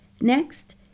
Next